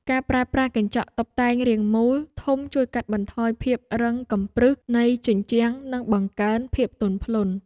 ការប្រើប្រាស់កញ្ចក់តុបតែងរាងមូលធំជួយកាត់បន្ថយភាពរឹងកំព្រឹសនៃជញ្ជាំងនិងបង្កើនភាពទន់ភ្លន់។